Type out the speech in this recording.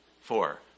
Four